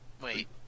Wait